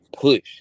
push